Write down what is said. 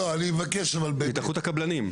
גם התאחדות הקבלנים.